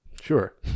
Sure